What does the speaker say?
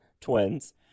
Twins